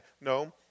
No